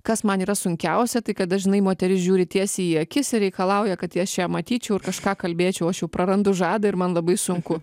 kas man yra sunkiausia tai kad dažnai moteris žiūri tiesiai į akis ir reikalauja kad jas čia matyčiau ir kažką kalbėčiau aš jau prarandu žadą ir man labai sunku